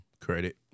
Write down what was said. credit